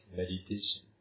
meditation